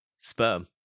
Sperm